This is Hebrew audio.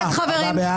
הצבעה לא אושרו.